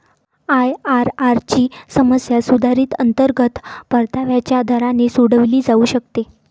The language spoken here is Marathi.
आय.आर.आर ची समस्या सुधारित अंतर्गत परताव्याच्या दराने सोडवली जाऊ शकते